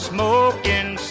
Smoking